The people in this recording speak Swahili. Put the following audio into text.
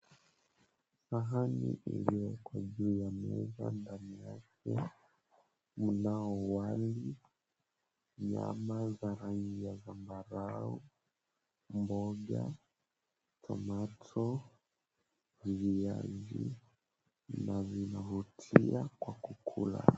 Sahani iliyoko juu ya meza. Ndani yake mnao wali, nyama za rangi ya zambarau, mboga, tomato ,viazi na vinavutia kwa kukula.